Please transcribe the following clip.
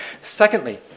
Secondly